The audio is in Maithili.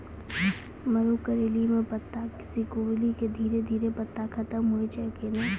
मरो करैली म पत्ता सिकुड़ी के धीरे धीरे पत्ता खत्म होय छै कैनै?